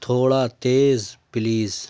تھوڑا تیز پلیز